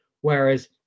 Whereas